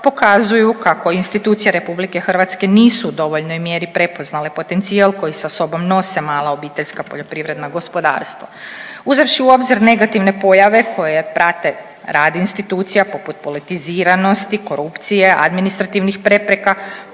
pokazuju kako institucije RH nisu u dovoljnoj mjeri prepoznale potencijal koji sa sobom nose mali OPG-ovi. Uzevši u obzir negativne pojave koje prate rad institucija poput politiziranosti, korupcije, administrativnih prepreka,